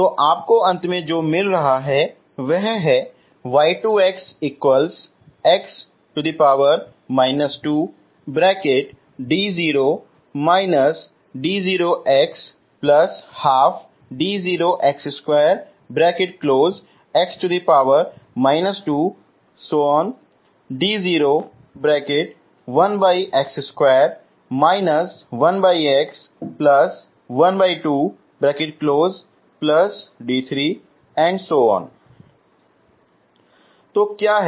तो आपको अंत में जो मिल रहा है वह है तो क्या है